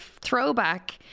throwback